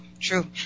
true